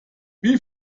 wie